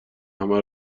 همه